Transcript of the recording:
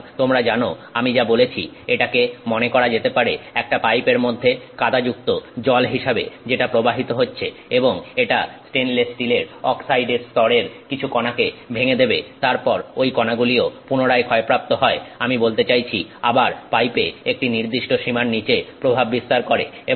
সুতরাং তোমরা জানো আমি যা বলেছি এটাকে মনে করা যেতে পারে একটা পাইপের মধ্যে কাদাযুক্ত জল হিসাবে যেটা প্রবাহিত হচ্ছে এবং এটা স্টেনলেস স্টিলের অক্সাইড স্তরের কিছু কনাকে ভেঙে দেবে তারপর ঐ কথাগুলিও পুনরায় ক্ষয়প্রাপ্ত হয় আমি বলতে চাইছি আবার পাইপে একটি নির্দিষ্ট সীমার নিচে প্রভাব বিস্তার করে